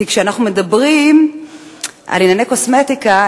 כי כשאנחנו מדברים על ענייני קוסמטיקה,